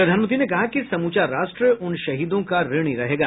प्रधानमंत्री ने कहा कि समूचा राष्ट्र उन शहीदों का ऋणी रहेगा